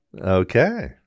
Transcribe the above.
Okay